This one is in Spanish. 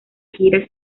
gira